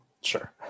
Sure